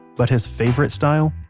but his favorite style?